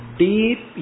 deep